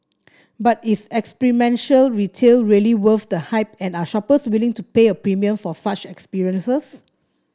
but is experiential retail really worth the hype and are shoppers willing to pay a premium for such experiences